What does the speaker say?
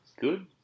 Good